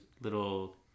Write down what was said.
little